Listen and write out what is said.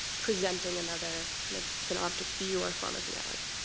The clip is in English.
presenting another kind of synoptic view or form of reality.